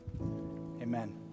Amen